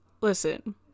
listen